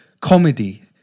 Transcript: comedy